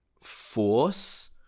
force